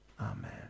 Amen